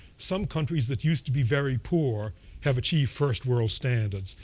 some countries that used to be very poor have achieved first world standards.